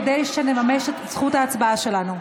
כדי שנממש את זכות ההצבעה שלנו.